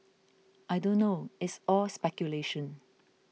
I don't know it's all speculation